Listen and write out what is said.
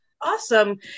Awesome